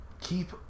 keep